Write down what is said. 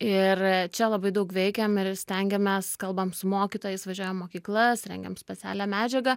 ir čia labai daug veikiam ir stengiamės kalbam su mokytojais važiuojam į mokyklas rengiam specialią medžiagą